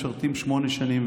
משרתים שמונה שנים,